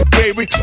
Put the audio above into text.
baby